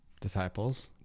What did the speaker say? disciples